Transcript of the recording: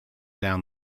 down